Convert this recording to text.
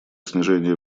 снижение